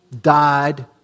died